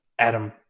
Adam